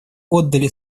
отдали